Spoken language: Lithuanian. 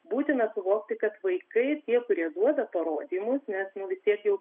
būtina suvokti kad vaikai tie kurie duoda parodymus nes nu vis tiek jau